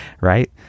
right